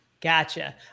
Gotcha